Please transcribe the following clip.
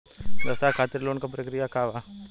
व्यवसाय खातीर लोन के प्रक्रिया का बा?